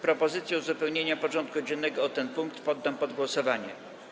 Propozycję uzupełnienia porządku dziennego o ten punkt poddam pod głosowanie.